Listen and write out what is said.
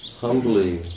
humbly